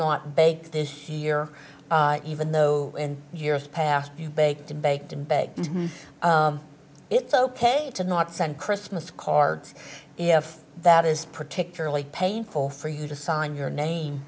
not bake this year even though in years past you bake to bake to beg and it's ok to not send christmas cards if that is particularly painful for you to sign your name